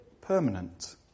permanent